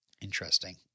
Interesting